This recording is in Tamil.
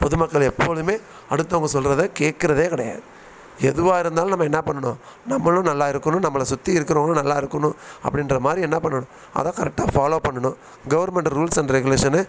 பொதுமக்கள் எப்பொழுதுமே அடுத்தவங்க சொல்கிறத கேட்கறதே கிடையாது எதுவாக இருந்தாலும் நம்ம என்ன பண்ணணும் நம்மளும் நல்லா இருக்கணும் நம்மளை சுற்றி இருக்கிறவுங்களும் நல்லா இருக்கணும் அப்படின்ற மாதிரி என்ன பண்ணணும் அதை கரெக்டாக ஃபாலோவ் பண்ணணும் கவர்மெண்ட்டு ரூல்ஸ் அண்ட் ரெகுலேஷனை